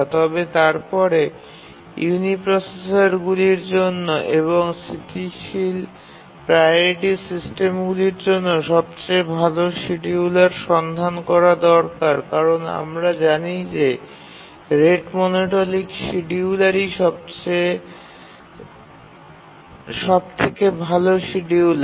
তবে তারপরে ইউনিপ্রসেসরগুলির জন্য এবং স্থিতিশীল প্রাওরিটি সিস্টেমগুলির জন্য সবথেকে ভাল শিডিয়ুলারগুলি সন্ধান করা দরকার কারণ আমরা জানি যে রেট মনোটনিক শিডিয়ালরাই সবথেকে ভাল শিডিয়ুলার